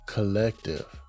Collective